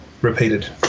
repeated